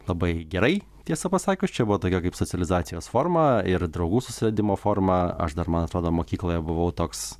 labai gerai tiesą pasakius čia buvo tokia kaip socializacijos forma ir draugų susiradimo forma aš dar man atrodo mokykloje buvau toks